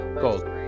gold